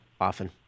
often